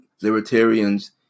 libertarians